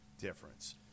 difference